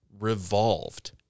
revolved